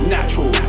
Natural